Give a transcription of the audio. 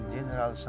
General